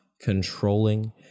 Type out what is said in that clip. controlling